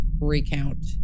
recount